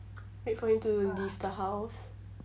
wait for him to leave the house